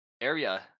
Area